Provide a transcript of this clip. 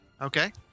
Okay